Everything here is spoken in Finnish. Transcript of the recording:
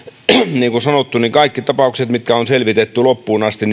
niin kuin sanottu ihan kaikissa tapauksissa mitkä on selvitetty loppuun asti